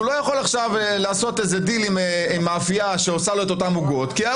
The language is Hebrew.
הוא לא יכול לעשות דיל עם מאפייה שעושה לו את אותן עוגות --- מה,